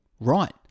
right